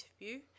interview